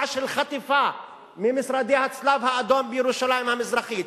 של חטיפה ממשרדי הצלב-האדום בירושלים המזרחית.